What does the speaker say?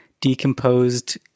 decomposed